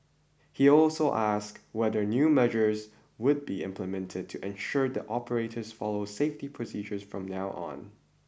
he also ask whether new measures would be implemented to ensure the operators follow safety procedures from now on